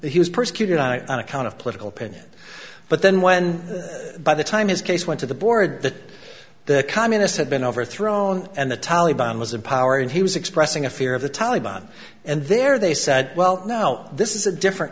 he was persecuted out on account of political opinion but then when by the time his case went to the board that the communist had been overthrown and the taliban was in power and he was expressing a fear of the taliban and there they said well now this is a different